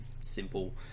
simple